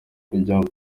kujyamo